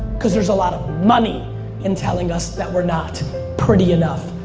cause there's a lot of money in telling us that we're not pretty enough,